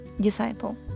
Disciple